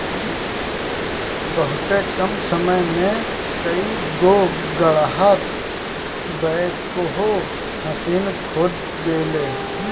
बहुते कम समय में कई गो गड़हा बैकहो माशीन खोद देले